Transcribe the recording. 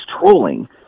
trolling